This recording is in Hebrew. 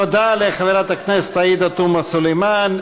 תודה לחברת הכנסת עאידה תומא סלימאן.